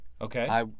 Okay